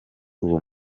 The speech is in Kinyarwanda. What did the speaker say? uwo